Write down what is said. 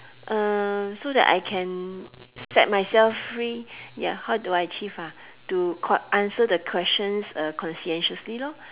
uh so that I can set myself free ya how do I achieve ah to call answer the questions uh conscientiously lor